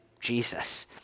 Jesus